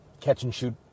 catch-and-shoot